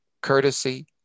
courtesy